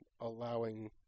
allowing